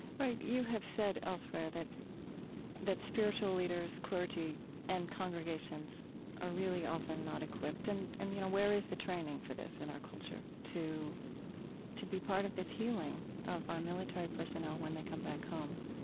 right. you have said elsewhere that that spiritual leaders, clergy and congregations are really often not equipped. and, and you know, where is the training for this in our culture to to be part of this healing of our military personnel when they come back home?